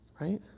Right